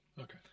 Okay